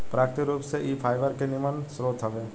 प्राकृतिक रूप से इ फाइबर के निमन स्रोत हवे